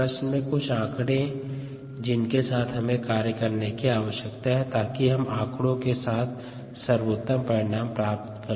प्रश्न में कुछ आंकड़े जिसके साथ हमें कार्य करने की आवश्यकता है ताकि हम आंकड़ो के साथ के साथ सर्वोत्तम परिणाम प्राप्त कर सकें